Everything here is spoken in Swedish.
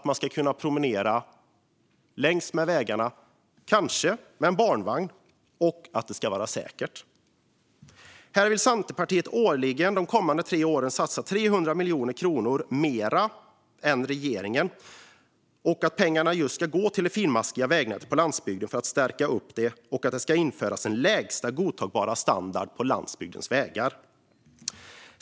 Man ska kunna promenera längs med vägarna, kanske med en barnvagn, och det ska vara säkert. Här vill Centerpartiet årligen de kommande tre åren satsa 300 miljoner kronor mer än regeringen. Pengarna ska gå just till det finmaskiga vägnätet på landsbygden för att stärka det, och det ska införas en lägsta godtagbar standard på landsbygdens vägar.